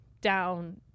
down